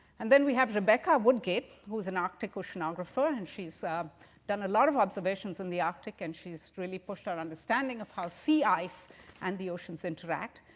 and then we have rebecca woodgate, who is an arctic oceanographer. and she's um done a lot of observations in the arctic. and she's really pushed our understanding of how sea ice and the oceans interact.